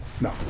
No